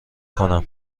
کنم